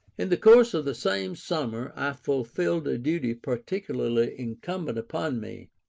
in the course of the same summer i fulfilled a duty particularly incumbent upon me,